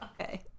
Okay